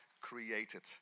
created